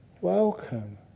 welcome